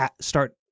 start